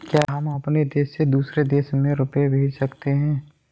क्या हम अपने देश से दूसरे देश में रुपये भेज सकते हैं?